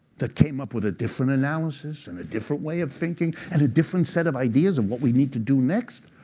that came up with a different analysis and a different way of thinking, and a different set of ideas of what we need to do next?